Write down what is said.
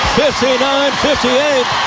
59-58